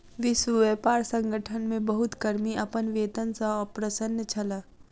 विश्व व्यापार संगठन मे बहुत कर्मी अपन वेतन सॅ अप्रसन्न छल